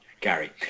Gary